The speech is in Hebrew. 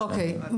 אוקיי,